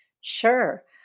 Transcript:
Sure